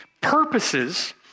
purposes